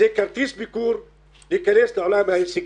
זה כרטיס ביקור להיכנס לעולם ההישגי.